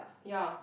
ya